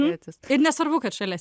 tėtis ir nesvarbu kad šalia